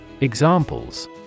Examples